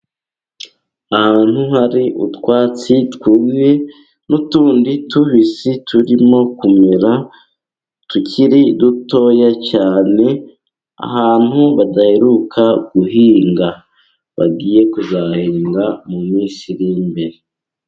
Ahantu hari utwatsi twumye , n'utundi tubisi turimo kumera tukiri dutoya cyane. Ahantu badaheruka guhinga, bagiye kuzahinga mu minsi iri imbere.